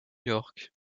york